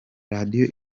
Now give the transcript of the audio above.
radiyo